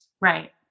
Right